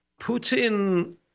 Putin